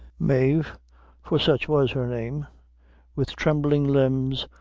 mave for such was her name with trembling limbs,